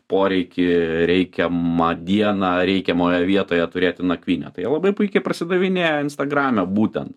poreikį reikiamą dieną reikiamoje vietoje turėti nakvynę tai jie labai puikiai parsidavinėja instagrame būtent